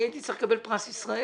שהייתי צריך לקבל פרס ישראל.